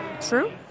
true